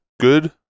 good